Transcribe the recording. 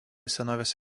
senovės